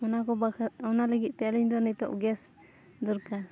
ᱚᱱᱟ ᱠᱚ ᱵᱟᱠᱷᱨᱟ ᱚᱱᱟ ᱞᱟᱹᱜᱤᱫ ᱛᱮ ᱟᱹᱞᱤᱧ ᱫᱚ ᱱᱤᱛᱳᱜ ᱜᱮᱥ ᱫᱚᱨᱠᱟᱨ